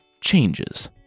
Changes